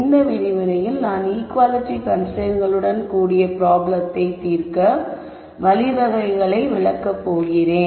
இந்த விரிவுரையில் நான் ஈக்குவாலிட்டி கன்ஸ்ரைன்ட்ஸ்களுடன் கூடிய பிராப்ளத்தை தீர்க்க வழிவகைகளை விளக்கப்போகிறேன்